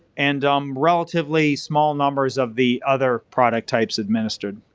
and um relatively small numbers of the other product types administered.